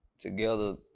Together